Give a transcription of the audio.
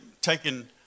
taken